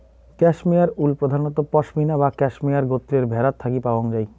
cashmere wool প্রধানত পসমিনা বা ক্যাশমেয়ারে গোত্রের ভ্যাড়াত থাকি পাওয়াং যাই